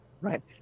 Right